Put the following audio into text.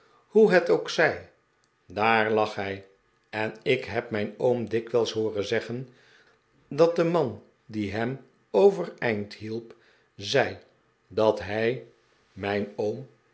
hoe het ook zij daar lag hij en ik heb mijn oom dikwijls hooren zeggen dat de man die hem overeind hielp zei dat hij